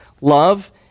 love